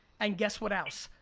and guess what else?